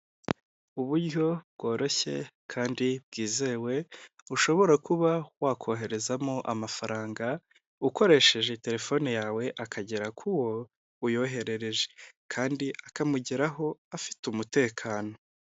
Uburyo bworoshye kandi bwizewe ushobora kuba wakoherezamo amafaranga, ukoresheje telefone yawe akagera ku wo uyoherereje, kandi akamugeraho afite umutekano.